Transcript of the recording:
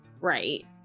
Right